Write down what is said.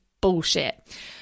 bullshit